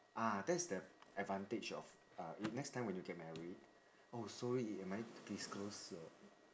ah that's the advantage of uh you next time when you get married oh sorry am I disclose your